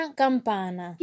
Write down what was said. campana